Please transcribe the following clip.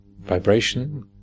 vibration